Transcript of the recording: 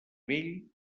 vell